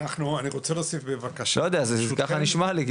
לא יודע, זה ככה נשמע לי.